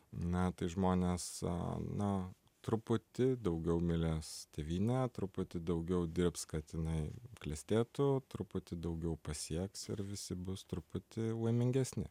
na tai žmonės na truputį daugiau mylės tėvynę truputį daugiau dirbs kad jinai klestėtų truputį daugiau pasieks ir visi bus truputį laimingesni